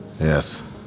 Yes